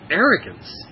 arrogance